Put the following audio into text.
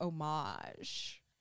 homage